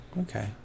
Okay